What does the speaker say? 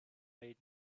made